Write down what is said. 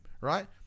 right